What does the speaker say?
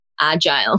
agile